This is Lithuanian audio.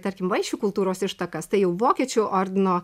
tarkim vaišių kultūros ištakas tai jau vokiečių ordino